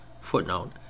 footnote